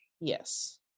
Yes